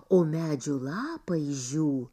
o medžių lapai žiū